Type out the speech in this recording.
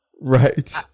Right